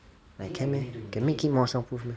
like can meh can make it more soundproof meh